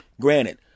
Granted